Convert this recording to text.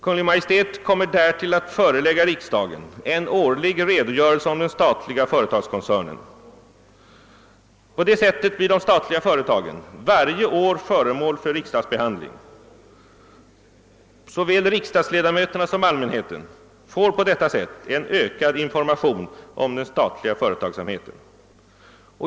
Kungl. Maj:t bör därtill förelägga riksdagen en årlig redogörelse om den statliga företagskoncernen. På det sättet blir de statliga företagen varje år föremål för riksdagsbehandling. Såväl riksdagsledamöterna som allmänheten får på detta sätt en ökad information om den statliga företagsamheten.